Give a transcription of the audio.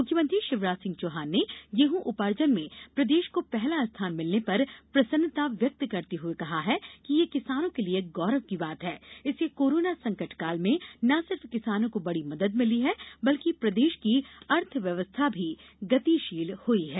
मुख्यमंत्री शिवराज ं सिंह चौहान ने गेहूं उपार्जन में प्रदेश को पहला स्थान मिलने पर प्रसन्नता व्यक्त करते हुए कहा है कि ये किसानों के लिए गौरव की बात है इससे कोरोना संकट काल में न सिर्फ किसानों को बड़ी मदद मिली है बल्कि प्रदेश की अर्थव्यवस्था भी गतिशील हुई है